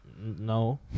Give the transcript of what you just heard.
No